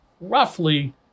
roughly